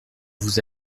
vous